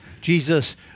Jesus